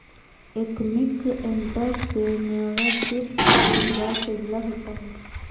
ethnic entrepreneurship स्वरोजगार से जुड़ा होता है